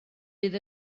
bydd